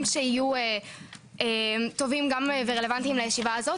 שיהיו טובים ורלוונטיים גם לישיבה הזאת,